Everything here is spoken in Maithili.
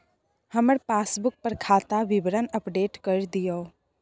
हमर पासबुक पर खाता विवरण अपडेट कर दियो